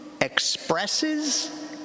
expresses